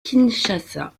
kinshasa